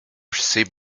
sea